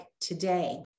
today